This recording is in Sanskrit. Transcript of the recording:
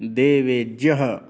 देवेज्यः